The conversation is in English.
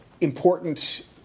important